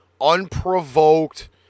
unprovoked